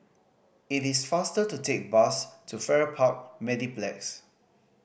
it is faster to take the bus to Farrer Park Mediplex